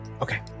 Okay